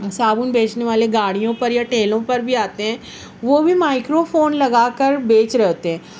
صابن بیچنے والے گاڑیوں پر یا ٹھیلوں پر بھی آتے ہیں وہ بھی مائیکرو فون لگا کر بیچ رہے ہوتے ہیں